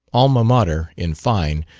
alma mater, in fine,